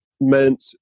meant